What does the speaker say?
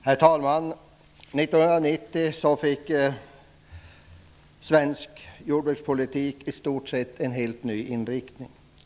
Herr talman! 1990 fick svensk jordbrukspolitik i stort sett en helt ny inriktning.